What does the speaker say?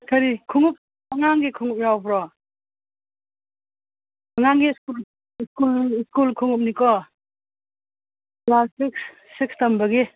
ꯀꯔꯤ ꯈꯣꯡꯎꯞ ꯑꯉꯥꯡꯒꯤ ꯈꯣꯡꯎꯞ ꯌꯥꯎꯕ꯭ꯔꯣ ꯑꯉꯥꯡꯒꯤ ꯁ꯭ꯀꯨꯜ ꯈꯣꯡꯎꯞꯅꯤꯀꯣ ꯀ꯭ꯂꯥꯁ ꯁꯤꯛꯁ ꯁꯤꯛꯁ ꯇꯝꯕꯒꯤ